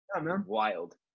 wild